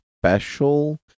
special